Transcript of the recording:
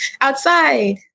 outside